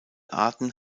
arten